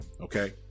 Okay